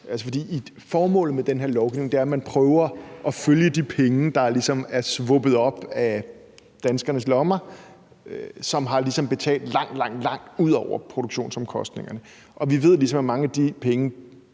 det. Formålet med den her lovgivning er, at man prøver at følge de penge, der ligesom er svuppet op af lommerne på danskerne, som har betalt langt, langt ud over produktionsomkostningerne, og vi ved jo, at mange af de penge,